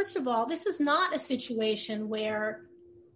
st of all this is not a situation where